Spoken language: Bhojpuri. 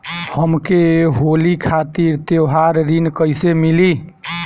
हमके होली खातिर त्योहारी ऋण कइसे मीली?